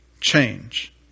change